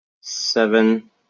seven